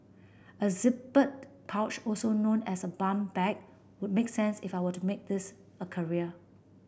a zippered pouch also known as a bum bag would make sense if I were to make this a career